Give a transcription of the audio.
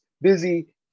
Busy